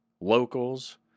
locals